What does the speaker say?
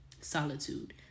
solitude